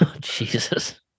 Jesus